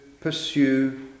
pursue